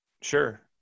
sure